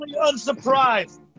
unsurprised